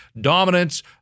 dominance